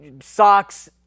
socks